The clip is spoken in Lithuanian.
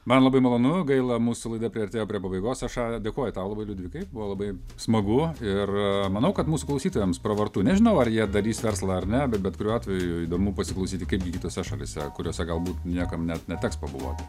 man labai malonu gaila mūsų laida priartėjo prie pabaigos aš dėkoju tau liudvikai buvo labai smagu ir manau kad mūsų klausytojams pravartu nežinau ar jie darys verslą ar ne bet bet kuriuo atveju įdomu pasiklausyti kaip gi kitose šalyse kuriose galbūt niekam net neteks pabuvot